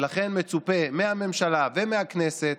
ולכן מצופה מהממשלה ומהכנסת